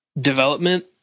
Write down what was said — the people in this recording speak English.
development